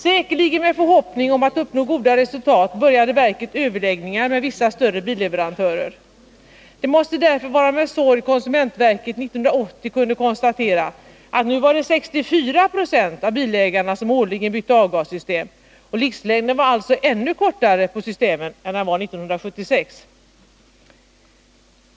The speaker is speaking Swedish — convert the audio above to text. Säkerligen med förhoppning om att uppnå goda resultat började verket överläggningar med vissa större billeverantörer. Det måste därför vara med sorg som konsumentverket 1980 kunde konstatera att 64 90 av bilägarna årligen bytte avgassystem och att livslängden alltså var ännu mindre på systemen än den var 1976.